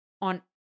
on